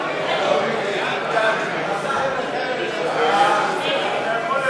ההסתייגות של קבוצת סיעת מרצ לסעיף 23,